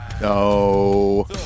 No